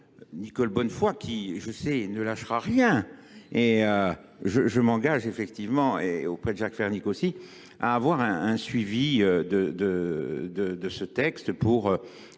Nicole Bonnefoy qui, je sais, ne lâchera rien et je m'engage effectivement et au près de Jacques Fernic aussi à avoir un suivi de ce texte pour